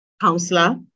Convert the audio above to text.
counselor